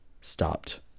stopped